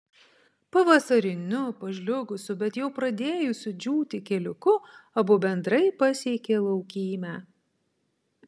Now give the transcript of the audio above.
pavasariniu pažliugusiu bet jau pradėjusiu džiūti keliuku abu bendrai pasiekė laukymę